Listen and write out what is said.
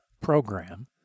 program